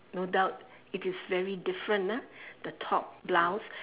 no doubt it is very different ah the top blouse